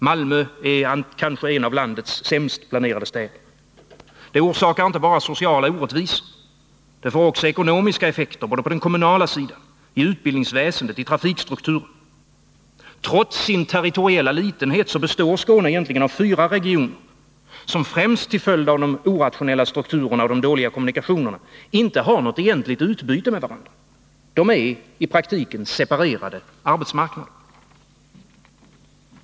Malmö är kanske en av landets sämst planerade städer. Det orsakar inte bara sociala orättvisor. Det får också ekonomiska effekter på den kommunala sidan, i utbildningsväsendet, i trafikstrukturen. Trots sin territoriella litenhet består Skåne egentligen av fyra regioner, som främst till följd av de orationella strukturerna och de dåliga kommunikationerna inte har något egentligt utbyte med varandra. De är separerade arbetsmarknader.